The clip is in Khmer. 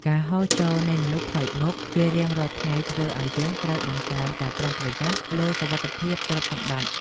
ការហូរចូលនៃមនុស្សប្លែកមុខជារៀងរាល់ថ្ងៃធ្វើឱ្យយើងត្រូវបង្កើនការប្រុងប្រយ័ត្នលើសុវត្ថិភាពទ្រព្យសម្បត្តិ។